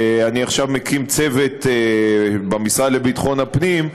אני עכשיו מקים צוות במשרד לביטחון הפנים,